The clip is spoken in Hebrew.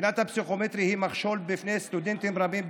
2022. הבחינה הפסיכומטרית היא מכשול בפני סטודנטים רבים,